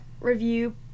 ...review